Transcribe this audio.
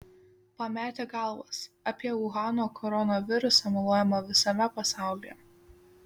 pametę galvas apie uhano koronavirusą meluojama visame pasaulyje